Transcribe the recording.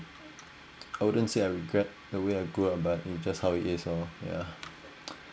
I wouldn't say I regret the way I grow up but it's just how it is yeah